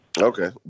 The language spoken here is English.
Okay